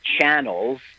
channels